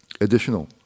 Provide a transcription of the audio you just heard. additional